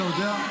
אתה יודע,